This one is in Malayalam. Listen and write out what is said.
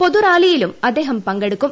പൊതു റാലിയിലും അദ്ദേഹം പങ്കെടുക്കും